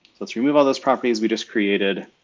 let's remove all those properties we just created.